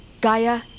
Gaia